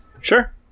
sure